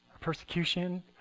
persecution